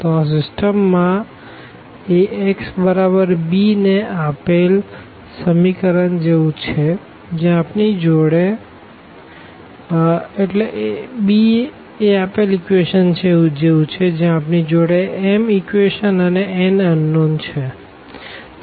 તો આ સીસ્ટમ માં Ax બરાબર b એ આપેલ ઇક્વેશન જેવું છે જ્યાં આપણી જોડે m ઇક્વેશનો અને nઅનનોન છે